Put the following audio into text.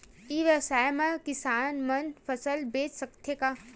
ई व्यवसाय म किसान मन फसल बेच सकथे का?